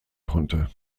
konnte